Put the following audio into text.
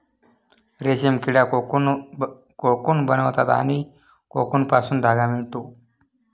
रेशीम किडा कोकून बनवतात आणि कोकूनपासून धागा मिळतो